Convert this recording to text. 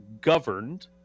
governed